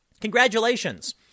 Congratulations